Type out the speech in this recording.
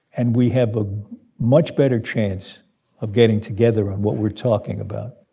and we have a much better chance of getting together on what we're talking about.